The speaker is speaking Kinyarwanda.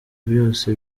byose